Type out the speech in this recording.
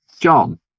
John